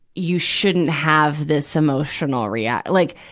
you shouldn't have this emotional react, like,